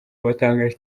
watangaje